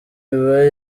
iba